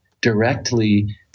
directly